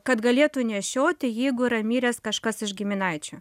kad galėtų nešioti jeigu yra miręs kažkas iš giminaičių